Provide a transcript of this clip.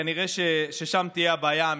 כנראה ששם תהיה הבעיה האמיתית.